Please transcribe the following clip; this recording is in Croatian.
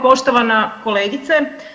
Poštovana kolegice.